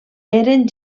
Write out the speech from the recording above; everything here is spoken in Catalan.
eren